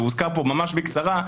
שהוזכר פה ממש בקצרה,